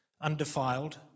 undefiled